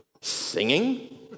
singing